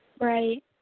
Right